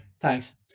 Thanks